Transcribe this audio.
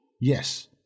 Yes